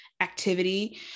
activity